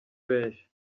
benshi